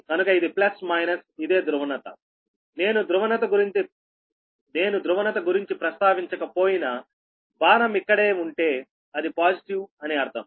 కనుక ఇది plus minus ఇదే ధ్రువణత నేను ధ్రువణత గురించి ప్రస్తావించకపోయినా బాణం ఇక్కడ ఉంటే అది పాజిటివ్ అని అర్థం